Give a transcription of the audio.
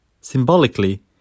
Symbolically